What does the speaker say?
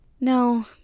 No